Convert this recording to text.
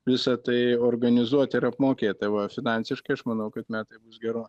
visa tai organizuot ir apmokėt tai va finansiškai aš manau kad metai bus gero